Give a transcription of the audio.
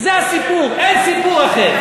זה הסיפור, אין סיפור אחר.